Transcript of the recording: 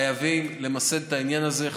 אבל חייבים למסד את העניין הזה,